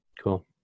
cool